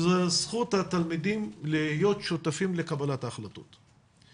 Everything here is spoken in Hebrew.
שזו זכות התלמידים להיות שותפים לקבלת ההחלטות.